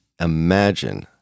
imagine